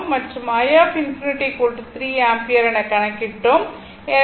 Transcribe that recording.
மற்றும் i∞3 ampere எனக் கணக்கிட்டோம்